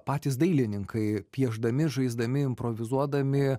patys dailininkai piešdami žaisdami improvizuodami